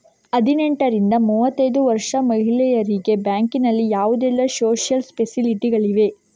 ಹದಿನೆಂಟರಿಂದ ಮೂವತ್ತೈದು ವರ್ಷ ಮಹಿಳೆಯರಿಗೆ ಬ್ಯಾಂಕಿನಲ್ಲಿ ಯಾವುದೆಲ್ಲ ಸೋಶಿಯಲ್ ಫೆಸಿಲಿಟಿ ಗಳಿವೆ?